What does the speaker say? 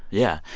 yeah.